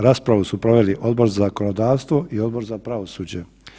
Raspravu su proveli Odbor za zakonodavstvo i Odbor za pravosuđe.